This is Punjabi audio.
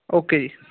ਓਕੇ ਜੀ